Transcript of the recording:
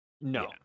No